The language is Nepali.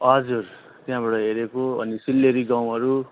हजुर त्यहाँबाट हेरेको अनि सिल्लेरी गाउँहरू